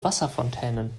wasserfontänen